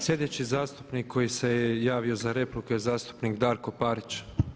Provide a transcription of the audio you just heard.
Sljedeći zastupnik koji se javio za repliku je zastupnik Darko Parić.